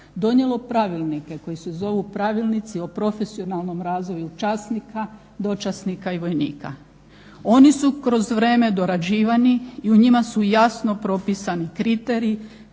donijelo pravilnike koji se zovu pravilnici o profesionalnom razvoju časnika, dočasnika i vojnika. Oni su kroz vrijeme dorađivani i u njima su jasno propisani kriteriji